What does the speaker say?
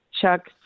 Chuck